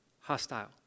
hostile